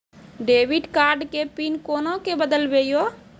Debit card के pin कोना के बदलबै यो?